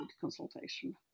consultation